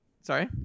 Sorry